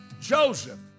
Joseph